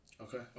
Okay